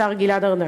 השר גלעד ארדן.